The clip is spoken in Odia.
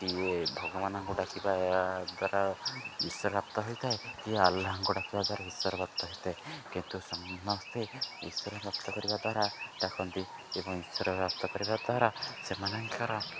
କିିଏ ଭଗବାନଙ୍କୁ ଡାକିବା ଦ୍ୱାରା ଈଶ୍ୱର ପ୍ରାପ୍ତ ହୋଇଥାଏ କିଏ ଆଲ୍ଲାହାଙ୍କୁ ଡାକିବା ଦ୍ୱାରା ଈଶ୍ୱର ପ୍ରାପ୍ତ ହୋଇଥାଏ କିନ୍ତୁ ସମସ୍ତେ ଈଶ୍ୱର ପ୍ରାପ୍ତ କରିବା ଦ୍ୱାରା ଡାକନ୍ତି ଏବଂ ଈଶ୍ୱର ପ୍ରାପ୍ତ କରିବା ଦ୍ୱାରା ସେମାନଙ୍କର